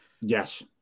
yes